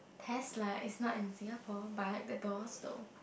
test lah is not in Singapore but the doors though